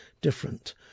different